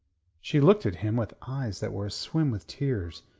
she looked at him with eyes that were aswim with tears.